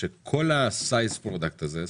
שכל ה-size product הזה,